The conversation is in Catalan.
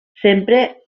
sempre